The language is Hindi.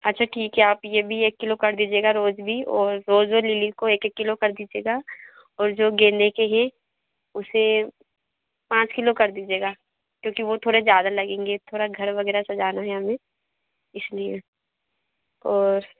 अच्छा ठीक है आप ये भी एक किलो कर दीजिएगा रोज़ भी और रोज़ और लिली को एक एक किलो कर दीजिएगा और जो गेंदे के हैं उसे पाँच किलो कर दीजिएगा क्योंकी वो थोड़े ज़्यादादा लगेंगे थोड़ा घर वग़ैरह सजाना है हमें इस लिए और